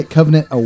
Covenant